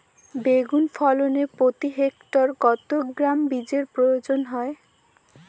বেগুন ফলনে প্রতি হেক্টরে কত গ্রাম বীজের প্রয়োজন হয়?